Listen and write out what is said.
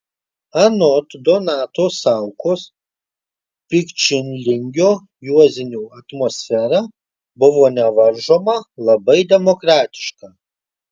anot donato saukos pikčilingio juozinių atmosfera buvo nevaržoma labai demokratiška